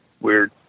weird